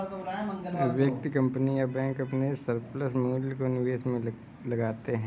व्यक्ति, कंपनी या बैंक अपने सरप्लस मूल्य को निवेश में लगाते हैं